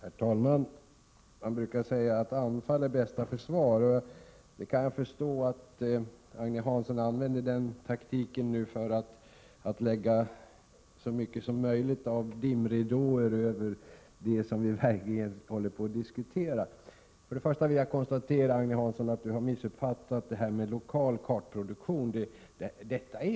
Herr talman! Man brukar säga att anfall är bästa försvar, och jag kan förstå att Agne Hansson använder den taktiken för att lägga så mycket som möjligt av dimridåer över det som vi verkligen håller på att diskutera. Först och främst vill jag konstatera att Agne Hansson har missuppfattat det här med lokal kartproduktion.